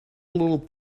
little